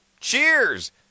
Cheers